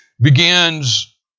begins